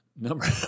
number